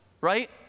right